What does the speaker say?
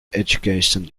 education